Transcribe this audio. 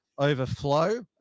overflow